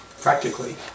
practically